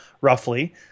roughly